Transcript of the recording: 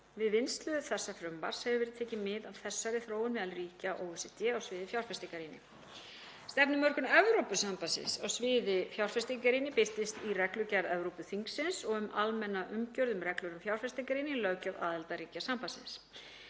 Við vinnslu þessa frumvarps hefur verið tekið mið af þessari þróun meðal ríkja OECD á sviði fjárfestingarýni. Stefnumörkun Evrópusambandsins á sviði fjárfestingarýni birtist í reglugerð Evrópuþingsins og ráðsins um almenna umgjörð um reglur um fjárfestingarýni í löggjöf aðildarríkja sambandsins.